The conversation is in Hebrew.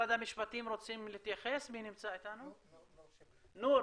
ממשרד המשפטים רוצים להתייחס, נור שיבלי.